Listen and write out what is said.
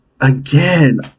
again